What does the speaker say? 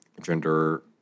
gender